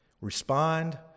Respond